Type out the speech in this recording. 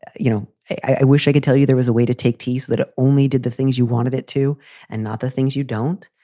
you know, i wish i could tell you there was a way to take tease that ah only did the things you wanted it to and not the things you don't.